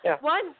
One